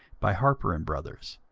by harper and brothers,